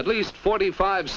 at least forty five